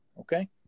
Okay